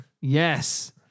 Yes